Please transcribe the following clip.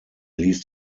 ließ